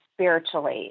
spiritually